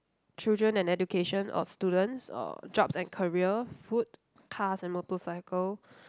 children and education or students or jobs and career food cars and motorcycle